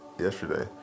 yesterday